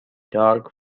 dark